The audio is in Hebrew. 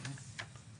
כן, כן.